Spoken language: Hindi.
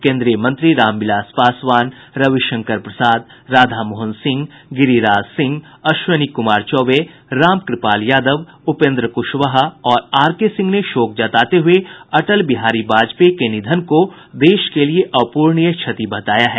केन्द्रीय मंत्री रामविलास पासवान रविशंकर प्रसाद राधामोहन सिंह गिरिराज सिंह अश्विनी कुमार चौबे रामकृपाल यादव उपेन्द्र कुशवाहा और आरके सिंह ने शोक जताते हुए अटल बिहारी वाजपेयी के निधन को देश के लिये अप्रणीय क्षति बताया है